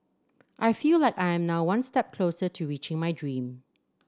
I feel like I am now one step closer to reaching my dream